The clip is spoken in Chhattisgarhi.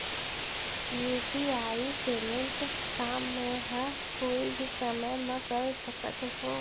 यू.पी.आई पेमेंट का मैं ह कोई भी समय म कर सकत हो?